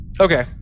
Okay